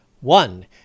One